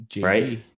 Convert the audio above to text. right